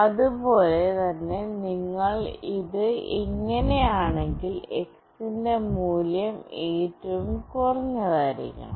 അതുപോലെ തന്നെ നിങ്ങൾ ഇത് ഇങ്ങനെയാണെങ്കിൽ X ന്റെ മൂല്യം ഏറ്റവും കുറഞ്ഞതായിരിക്കണം